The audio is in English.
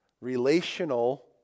relational